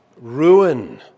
Ruin